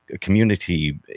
community